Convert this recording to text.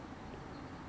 flash your member card